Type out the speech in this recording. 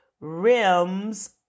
rims